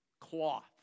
cloth